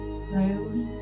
slowly